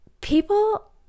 people